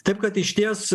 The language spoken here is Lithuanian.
taip kad išties